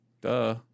Duh